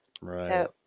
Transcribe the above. right